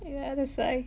yeah that's why